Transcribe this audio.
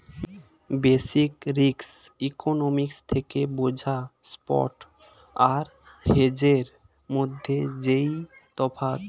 basic risk economics থেকে বোঝা spot আর হেজের মধ্যে যেই তফাৎ